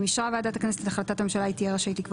אם אישרה ועדת הכנסת את החלטת הממשלה היא תהיה רשאית לקבוע